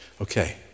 Okay